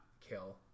kill